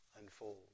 unfold